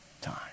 time